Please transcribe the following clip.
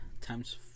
times